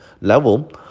level